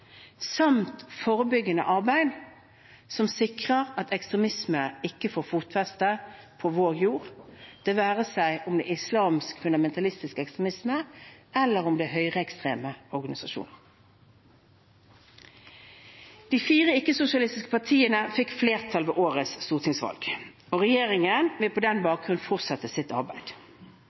samt gjennom forebyggende arbeid som sikrer at ekstremisme ikke får fotfeste på vår jord – det være seg islamsk fundamentalistisk ekstremisme eller høyreekstreme organisasjoner. De fire ikke-sosialistiske partiene fikk flertall ved årets stortingsvalg, og regjeringen vil på den bakgrunn fortsette sitt arbeid.